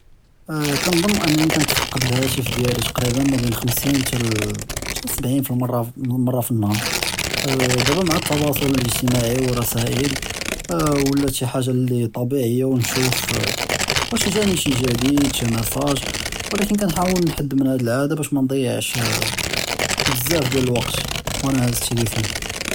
אה כּנְצַ'נّ אַנַאנִי כּנְתפְקּד לְהַאתֶף דִיַאלִי תַקרִיבַּא מַאבִּין חְ'מְסִין תַאל סַבְעִין פִּ לְמַרָה מַרָה פִּ לְנהַאר אה דַאבַּא מַעַ אֶת־תוַאסוּל לְאִגְ'תִימַאעִי ו לְרַסַאאֶל אה וַלַאת שִי חַאגַ'ה לִי טַבִּיעִיַה ו נְשׁוּף אה וַאש גַ'אנִי שִי גְ'דִיד שִי מִסַאג' ו לַכִּן כּנְחַאוֶל נְחַד מִן האדִי לְעַאדַה בַּאש מַנְדִיַעש בְּזַאף דִיַאל לְוַקֶת ו אַנַא הַאז לְתֵלֵיפוֹן.